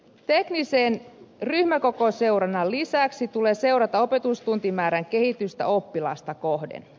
teknisen ryhmäkokoseurannan lisäksi tulee seurata opetustuntimäärän kehitystä oppilasta kohden